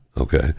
okay